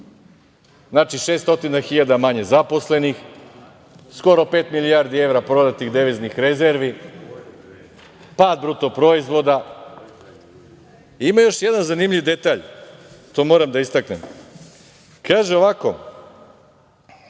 Znači 600.000 manje zaposlenih, skoro pet milijardi evra prodatih deviznih rezervi, pad BDP-a. Ima još jedan zanimljiv detalj, to vam moram da istaknem. Kaže ovako,